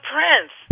Prince